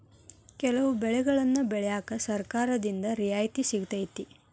ಕೆಲವು ಬೆಳೆಗನ್ನಾ ಬೆಳ್ಯಾಕ ಸರ್ಕಾರದಿಂದ ರಿಯಾಯಿತಿ ಸಿಗತೈತಿ